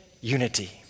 unity